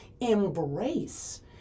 embrace